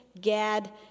Gad